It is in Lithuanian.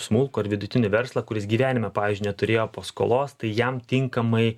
smulkų ar vidutinį verslą kuris gyvenime pavyzdžiui neturėjo paskolos tai jam tinkamai